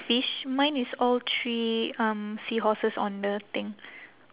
fish mine is all three um seahorses on the thing